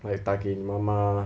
like 打给你妈妈